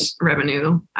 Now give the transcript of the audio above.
revenue